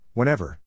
Whenever